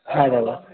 হ্যাঁ দাদা